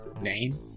name